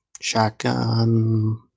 shotgun